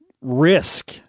risk